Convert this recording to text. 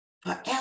Forever